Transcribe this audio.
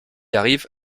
arrive